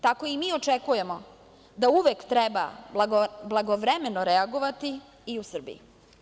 Tako i mi očekujemo da uvek treba blagovremeno reagovati i u Srbiji.